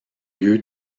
lieu